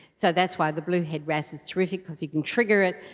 so that's why the bluehead wrasse is terrific because you can trigger it.